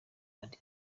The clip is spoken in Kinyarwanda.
madiba